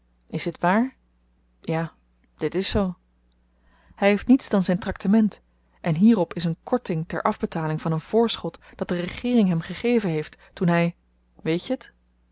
is dit waar ja dit is zoo hy heeft niets dan zyn traktement en hierop is een korting ter afbetaling van een voorschot dat de regeering hem gegeven heeft toen hy weet je t